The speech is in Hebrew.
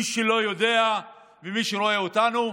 מי שלא יודע ורואה אותנו,